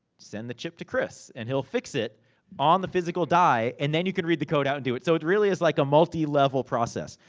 send the chip to chris, and he'll fix it on the physical die, and then you can read the code out, and do it. so, it really is like, a multi-level process.